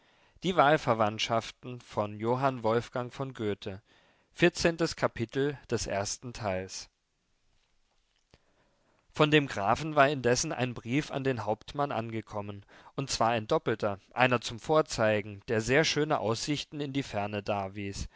vierzehntes kapitel von dem grafen war indessen ein brief an den hauptmann angekommen und zwar ein doppelter einer zum vorzeigen der sehr schöne aussichten in die ferne